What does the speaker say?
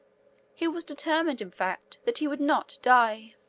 he was determined, in fact, that he would not die.